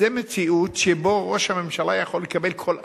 זו מציאות שבה ראש הממשלה יכול לקבל כל החלטה.